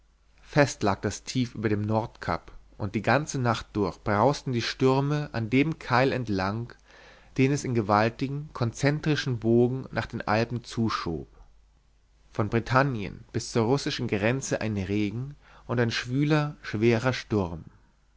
fest lag das tief über dem nordkap und die ganze nacht durch brausten die stürme an dem keil entlang den es in gewaltigen konzentrischen bogen nach den alpen zuschob von britannien bis zur russischen grenze ein regen und ein schwüler schwerer sturm